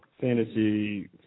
fantasy